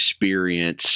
experience